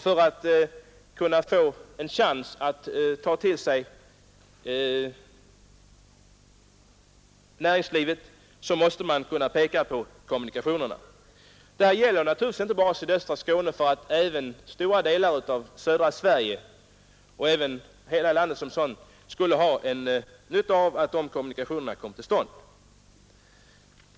För att kunna dra till sig näringslivet måste vi kunna peka på goda kommunikationer. Men frågan gäller naturligtvis inte bara sydöstra Skåne — stora delar av södra Sverige och hela landet skulle ha nytta av att dessa kommunikationer kom till stånd.